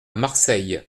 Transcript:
marseille